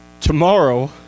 tomorrow